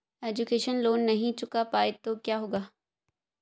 Education loan नहीं चुका पाए तो क्या होगा?